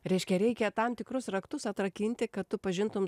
reiškia reikia tam tikrus raktus atrakinti kad tu pažintum